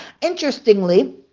Interestingly